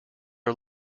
are